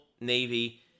navy